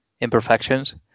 imperfections